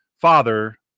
father